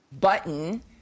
button